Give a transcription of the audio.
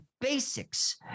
basics